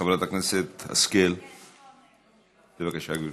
חברת הכנסת השכל, בבקשה, גברתי.